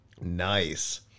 Nice